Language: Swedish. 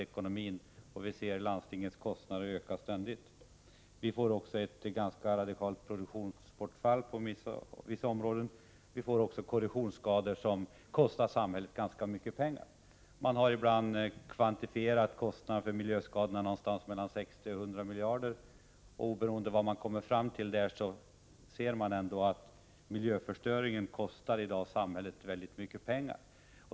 Landstingets kostnader ökar ständigt. Det blir också på vissa områden ett ganska stort produktionsbortfall. Vidare uppstår det korrosionsskador, som kostar samhället ganska mycket pengar. Man har ibland uppskattat att miljöskadorna kostar 60-100 miljarder kronor. Oberoende av vad man kommer fram till för siffror kan man se att miljöförstöringen i dag kostar samhället väldigt mycket pengar.